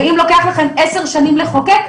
אם לוקח לכם עשר שנים לחוקק,